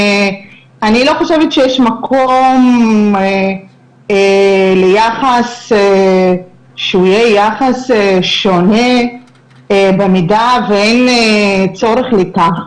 אני לא חושבת שיש מקום ליחס שהוא יהיה יחס שונה במידה ואין צורך לכך,